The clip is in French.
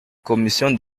commission